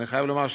אני חייב לומר,